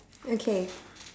okay